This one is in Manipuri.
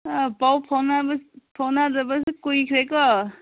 ꯑꯥ ꯄꯥꯎ ꯐꯥꯎꯅꯗꯕꯁꯨ ꯀꯨꯏꯈ꯭ꯔꯦꯀꯣ